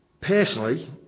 Personally